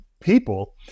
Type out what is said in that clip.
people